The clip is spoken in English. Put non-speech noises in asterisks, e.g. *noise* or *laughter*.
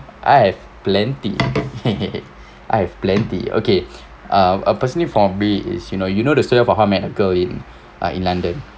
I have plenty *laughs* I have plenty okay uh uh personally for me is you know you know the story of how I met a girl in ah in london